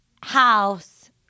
house